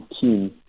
team